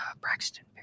Braxton